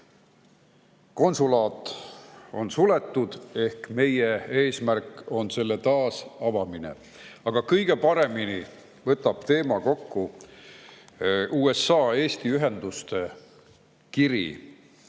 Konsulaat on suletud ja meie eesmärk on selle taasavamine. Aga kõige paremini võtab teema kokku USA Eesti ühenduste kiri,